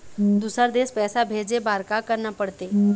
दुसर देश पैसा भेजे बार का करना पड़ते?